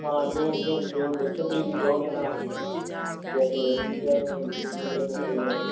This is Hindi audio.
हाँ जो जो जो बच्चों के लिए ठीक होगा ना जैसे मिल जाएगा